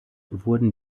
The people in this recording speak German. wurden